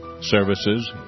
services